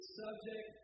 subject